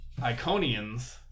Iconians